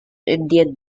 indian